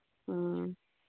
ꯎꯝ